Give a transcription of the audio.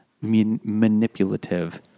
manipulative